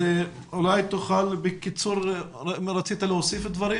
אולי תוכל בקיצור להוסיף דברים.